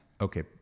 Okay